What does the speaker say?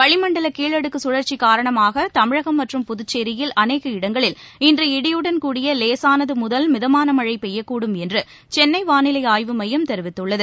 வளிமண்டல கீழடுக்கு கழற்சி காரணமாக தமிழகம் மற்றும் புதுச்சேரியில் அநேக இடங்களில் இன்று இடியுடன் கூடிய லேசானது முதல் மிதமான மழை பெய்யக்கூடும் என்று சென்னை வானிலை ஆய்வு மையம் தெரிவித்துள்ளது